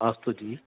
अस्तु जि